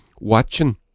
watching